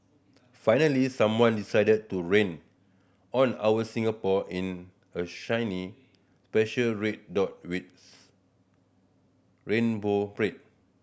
finally someone decided to rain on our Singapore in a shiny special red dot with rainbow parade